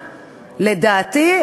לדעתי,